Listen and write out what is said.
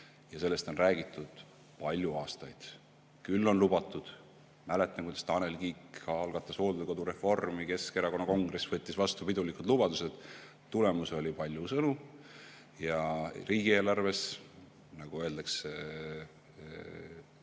Ja sellest on räägitud palju aastaid. Küll on lubatud! Mäletan, kuidas Tanel Kiik algatas hooldekodureformi, Keskerakonna kongress võttis vastu pidulikud lubadused. Tulemus oli palju sõnu ja riigieelarves, nagu öeldakse